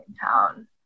town